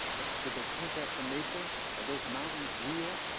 well, did they paint that from nature? are those mountains real?